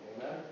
Amen